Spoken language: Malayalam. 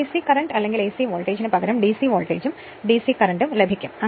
എസി കറന്റ് അല്ലെങ്കിൽ എസി വോൾട്ടേജിന് പകരം ഡിസി വോൾട്ടേജും ഡിസി കറന്റും ലഭിക്കും